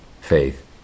faith